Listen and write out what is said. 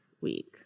week